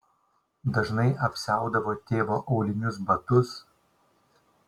dažnai apsiaudavo tėvo aulinius batus